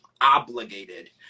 obligated